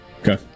Okay